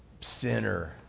Sinner